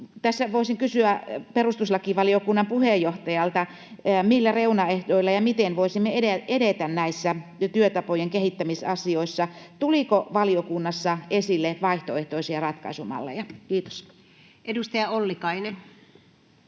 Tässä voisin kysyä perustuslakivaliokunnan puheenjohtajalta: Millä reunaehdoilla ja miten voisimme edetä näissä työtapojen kehittämisasioissa? Tuliko valiokunnassa esille vaihtoehtoisia ratkaisumalleja? — Kiitos. [Speech 118] Speaker: